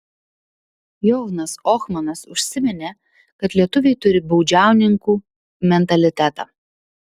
johnas ohmanas užsiminė kad lietuviai turi baudžiauninkų mentalitetą